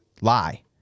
Lie